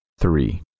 three